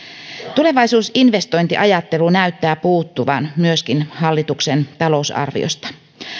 tulevaisuusinvestointiajattelu näyttää myöskin puuttuvan hallituksen talousarviosta